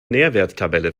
nährwerttabelle